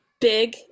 big